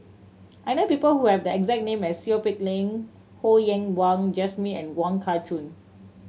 I know people who have the exact name as Seow Peck Leng Ho Yen Wah Jesmine and Wong Kah Chun